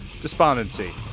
Despondency